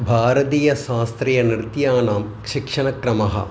भारतीयशास्त्रीयनृत्यानां शिक्षणक्रमः